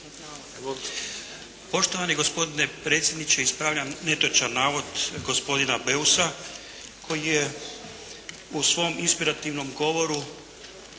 Poštovani gospodine predsjedniče! Ispravljam netočan navoda gospodina Beusa koji je u svom inspirativnom govoru